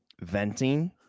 venting